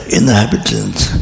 inhabitants